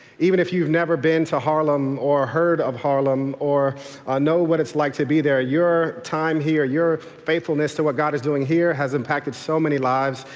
even if you've never been to harlem or heard of harlem or or know what it's like to be there, your time here, your faithfulness to what god is doing here has impacted so many lives.